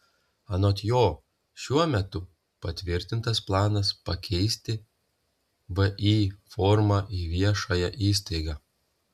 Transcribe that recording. anot jo šiuo metu patvirtintas planas pakeisti vį formą į viešąją įstaigą